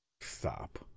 Stop